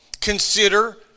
Consider